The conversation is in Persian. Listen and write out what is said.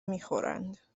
میخورند